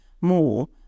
more